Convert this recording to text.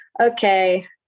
okay